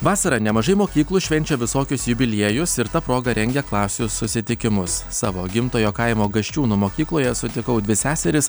vasarą nemažai mokyklų švenčia visokius jubiliejus ir ta proga rengia klasių susitikimus savo gimtojo kaimo gasčiūnų mokykloje sutikau dvi seseris